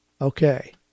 Okay